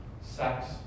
sex